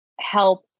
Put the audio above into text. help